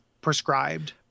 prescribed